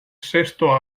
sesto